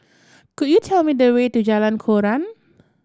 could you tell me the way to Jalan Koran